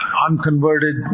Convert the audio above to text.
unconverted